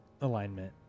alignment